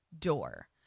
door